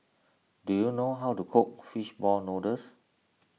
do you know how to cook Fish Ball Noodles